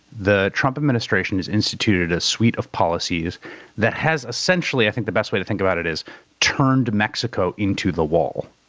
the trump administration has instituted a suite of policies that has, essentially. i think the best way to think about it is turned mexico into the wall.